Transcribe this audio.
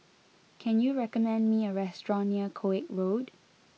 can you recommend me a restaurant near Koek Road